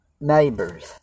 neighbors